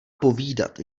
povídat